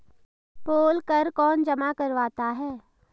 पोल कर कौन जमा करवाता है?